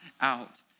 out